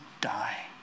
die